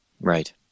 Right